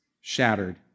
shattered